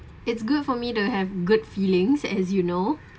it's good for me to have good feelings as you know